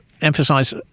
emphasize